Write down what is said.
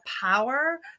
power